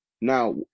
Now